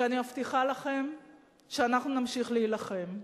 אני מבטיחה לכם שאנחנו נמשיך להילחם.